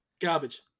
Garbage